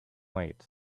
wait